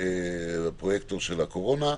הפרויקטור של הקורונה,